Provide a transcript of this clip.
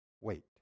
Wait